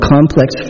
Complex